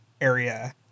area